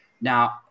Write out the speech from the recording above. Now